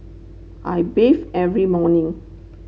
I bathe every morning